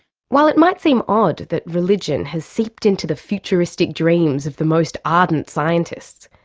while it might seem odd that religion has seeped into the futuristic dreams of the most ardent scientists,